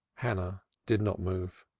hannah did not move.